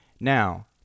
Now